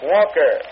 Walker